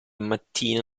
mattina